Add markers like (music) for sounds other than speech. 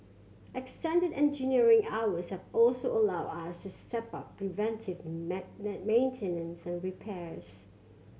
extended engineering hours have also allowed us to step up preventive (unintelligible) maintenance and repairs